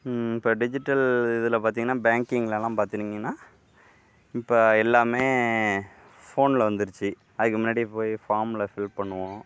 இப்போ டிஜிட்டல் இதில் பார்த்திங்கன்னா பேங்கிங்லலாம் பார்த்திங்கன்னா இப்போ எல்லாம் ஃபோனில் வந்துடுச்சி அதுக்கு முன்னாடி போய் ஃபாமில் ஃபில் பண்ணுவோம்